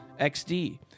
XD